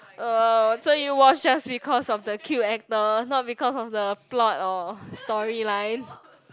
uh so you watch just because of the cute actor not because of the plot or story line